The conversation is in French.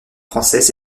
française